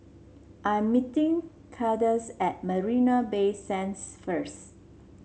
I'm meeting Kandace at Marina Bay Sands first